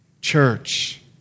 Church